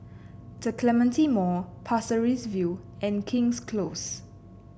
The Clementi Mall Pasir Ris View and King's Close